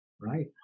Right